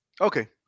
Okay